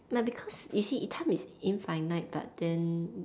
but because you see time is infinite but then